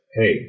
hey